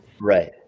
right